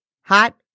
hot